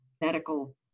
medical